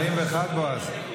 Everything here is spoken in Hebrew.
41. 41, בועז?